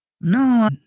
No